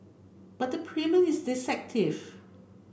but the premium is deceptive